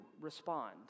respond